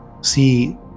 see